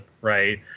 right